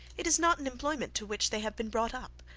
it is not an employment to which they have been brought up.